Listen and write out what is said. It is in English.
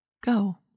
Go